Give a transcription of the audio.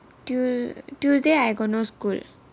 tuesday I got no school